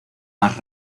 más